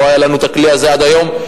לא היה לנו הכלי הזה עד היום,